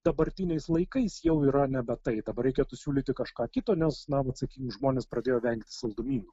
dabartiniais laikais jau yra nebe tai dabar reikėtų siūlyti kažką kito nes na vat sakykim žmonės pradėjo vengti saldumynų